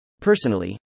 Personally